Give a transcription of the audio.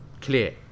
Clear